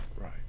right